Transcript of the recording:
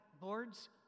boards